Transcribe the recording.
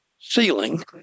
ceiling